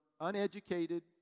uneducated